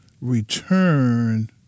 Return